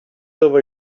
over